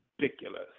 ridiculous